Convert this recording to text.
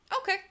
okay